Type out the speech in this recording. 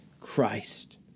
Christ